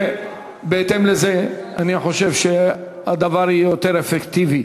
בהתאם לזה, אני חושב שהדבר יותר אפקטיבי.